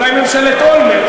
אולי ממשלת אולמרט,